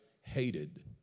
hated